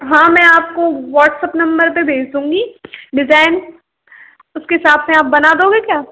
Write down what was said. हाँ मैं आपको वॉट्सअप नंबर पे भेज दूँगी डिजाइन उसके हिसाब से आप बना दोगे क्या